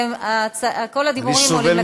כל הדיבורים עולים לכאן.